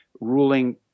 ruling